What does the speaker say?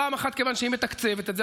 פעם אחת, כיוון שהיא מתקצבת את זה.